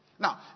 Now